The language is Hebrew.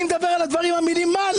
אני מדבר על הדברים המינימליים.